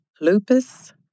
lupus